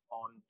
on